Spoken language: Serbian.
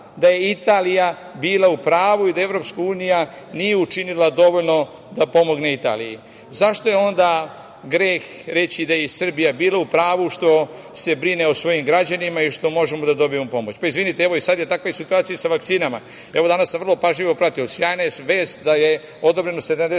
da je Italija bila u pravu i da EU nije učinila dovoljno da pomogne Italiji.Zašto je onda greh reći da je i Srbija bila u pravu što se brine o svojim građanima i što možemo da dobijemo pomoć? Pa, izvinite, evo i sad je takva situacija sa vakcinama. Evo, danas sam vrlo pažljivo pratio, sjajna je vest da je odobreno 70